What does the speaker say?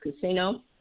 Casino